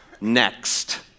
next